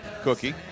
cookie